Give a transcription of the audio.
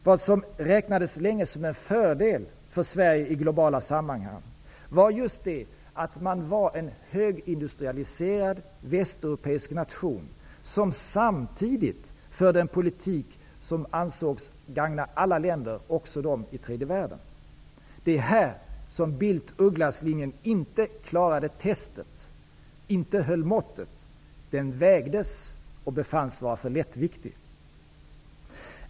Vad som länge räknades som en fördel för Sverige i globala sammanhang var just det att Sverige var en högindustrialiserad, västeuropeisk nation som samtidigt förde en politik som ansågs gagna alla länder, också de i tredje världen. Det är här som Bildt-Ugglas-linjen inte klarade testet, inte höll måttet. Den vägdes och befanns vara för lättviktig.